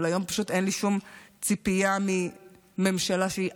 אבל היום פשוט אין לי שום ציפייה מממשלה שהיא